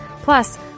Plus